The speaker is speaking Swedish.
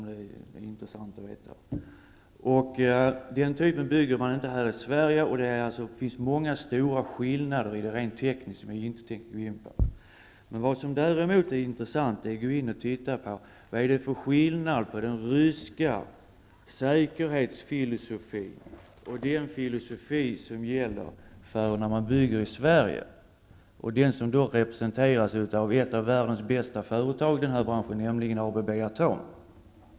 Den typen av reaktor byggs inte här i Sverige, och det finns många stora skillnader i det rent tekniska, som jag inte tänker gå in på här. Däremot är det intressant att titta på vad det är för skillnader på den ryska säkerhetsfilosofin och den filosofi som gäller i detta sammanhang i Sverige och som representeras av ett av världens bästa företag i den här branschen, nämligen ABB Atom.